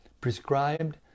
Prescribed